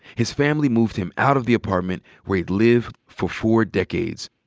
his family moved him out of the apartment where he'd lived for four decades,